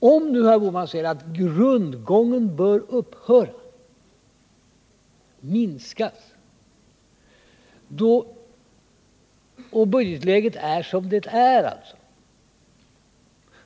När nu herr Bohman säger att rundgången bör upphöra eller minskas och budgetläget är som det är,